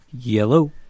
Yellow